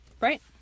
Right